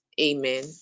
Amen